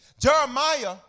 Jeremiah